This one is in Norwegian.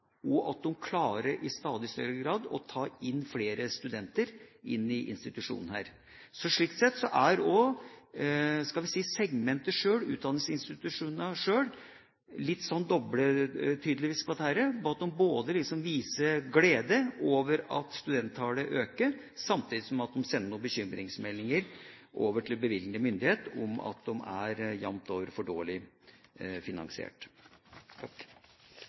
og at de i stadig større grad klarer å ta flere studenter inn i institusjonen. Slik sett er også – skal vi si – segmentet sjøl, utdanningsinstitusjonene sjøl, litt doble, tydeligvis, på dette. De viser glede over at studenttallet øker, samtidig som de sender noen bekymringsmeldinger over til bevilgende myndighet om at de jevnt over er for dårlig finansiert.